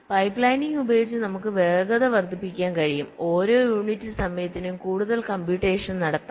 അതിനാൽ പൈപ്പ്ലൈനിംഗ് ഉപയോഗിച്ച് നമുക്ക് വേഗത വർദ്ധിപ്പിക്കാൻ കഴിയും ഓരോ യൂണിറ്റ് സമയത്തിനും കൂടുതൽ കംപ്യുറ്റേഷൻ നടത്താം